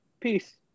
Peace